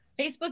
Facebook